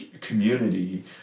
Community